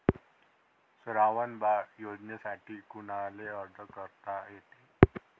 श्रावण बाळ योजनेसाठी कुनाले अर्ज करता येते?